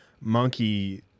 monkey